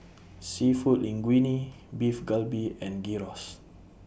Seafood Linguine Beef Galbi and Gyros